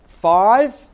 five